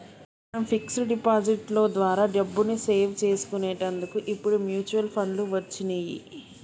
మనం fix deposit లో ద్వారా డబ్బుని సేవ్ చేసుకునేటందుకు ఇప్పుడు మ్యూచువల్ ఫండ్లు వచ్చినియ్యి